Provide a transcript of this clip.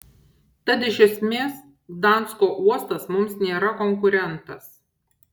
tad iš esmės gdansko uostas mums nėra konkurentas